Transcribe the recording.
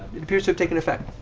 it appears to have taken effect.